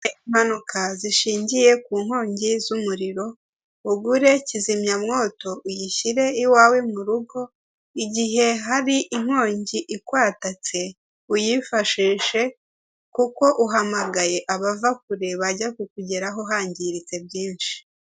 Impanuka zishingiye ku nkongi z'umuriro. Ugure kizimyamwoto, uyishyire iwawe mu rugo, igihe hari inkongi ikwatatse uyifashishe. Kuko uhamagaye abava kure, bajya kukugeraho hangiritse byinshi.